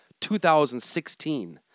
2016